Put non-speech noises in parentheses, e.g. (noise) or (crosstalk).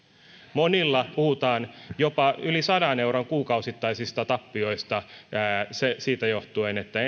monilla puhutaan jopa yli sadan euron kuukausittaisista tappioista siitä johtuen että (unintelligible)